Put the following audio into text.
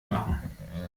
machen